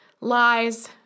lies